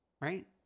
Right